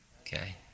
Okay